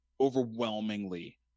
overwhelmingly